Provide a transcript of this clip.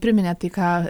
priminė tai ką